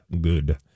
good